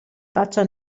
faccia